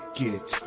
get